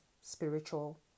spiritual